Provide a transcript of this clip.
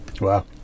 Wow